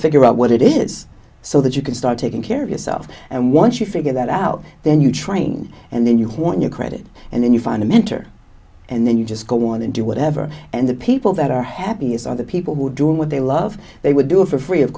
figure out what it is so that you can start taking care of yourself and once you figure that out then you're trying and then you want your credit and then you find a mentor and then you just go on and do whatever and the people that are happy as other people who are doing what they love they would do it for free of